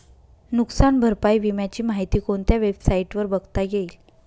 नुकसान भरपाई विम्याची माहिती कोणत्या वेबसाईटवर बघता येईल?